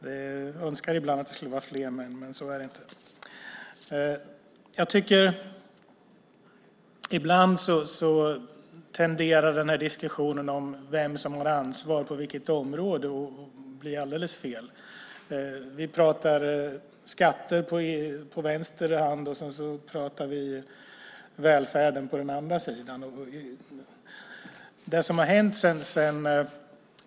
Jag önskar ibland att det skulle vara fler män, men så är det inte. Ibland tenderar den här diskussionen om vem som har ansvar på vilket område att bli alldeles fel. Vi pratar om skatter på den ena sidan. Sedan pratar vi om välfärden på den andra sidan.